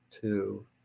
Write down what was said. two